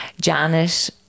Janet